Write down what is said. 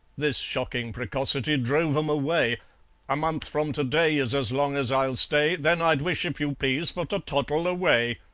this shocking precocity drove em away a month from to-day is as long as i'll stay then i'd wish, if you please, for to toddle away.